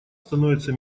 становится